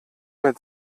mit